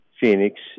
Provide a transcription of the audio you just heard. Phoenix